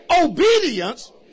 obedience